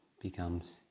becomes